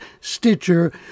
Stitcher